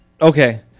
Okay